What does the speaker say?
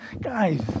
Guys